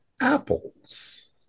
Apples